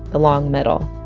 the long middle.